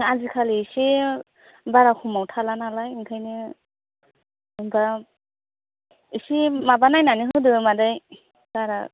आजिखालि एसे बारा खमाव थाला नालाय ओंखायनो दा एसे माबा नायनानै होदो मादै बारा